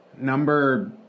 Number